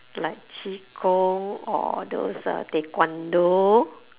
like qi-gong or those uh taekwondo